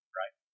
right